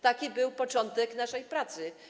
Taki był początek naszej pracy.